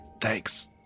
thanks